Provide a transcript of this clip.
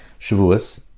shavuos